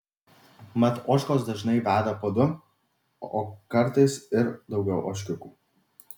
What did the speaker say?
mat ožkos dažnai veda po du o kartais ir daugiau ožkiukų